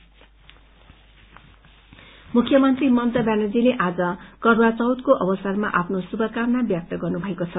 करवा चौथ मुख्यमन्त्री ममता ब्यानर्जीले आज करवा चौथको अवसरमा आपनो शुभकामना व्यक्त गर्नु भएको छ